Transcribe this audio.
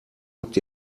habt